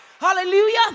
Hallelujah